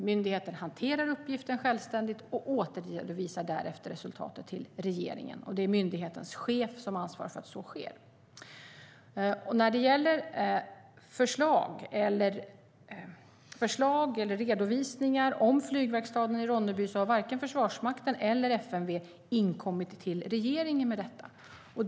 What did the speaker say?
Myndigheten hanterar uppgiften självständigt och återredovisar därefter resultatet till regeringen, och det är myndighetens chef som ansvarar för att så sker. När det gäller förslag eller redovisningar om flygverkstaden i Ronneby konstaterar jag att varken Försvarsmakten eller FMV har inkommit till regeringen med något sådant.